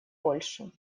польшу